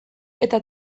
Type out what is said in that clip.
eta